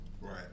Right